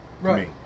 right